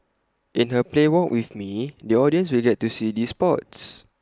in her play walk with me the audience will get to see these spots